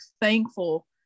thankful